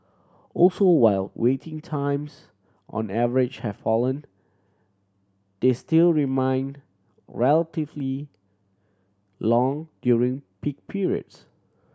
also while waiting times on average have fallen they still remain relatively long during peak periods